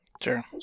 Sure